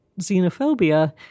xenophobia